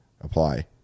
apply